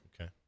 Okay